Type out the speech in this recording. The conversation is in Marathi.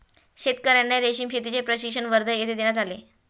शेतकर्यांना रेशीम शेतीचे प्रशिक्षण वर्धा येथे देण्यात आले